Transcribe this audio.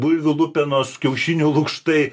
bulvių lupenos kiaušinių lukštai